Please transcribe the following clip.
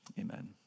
Amen